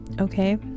okay